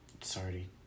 sorry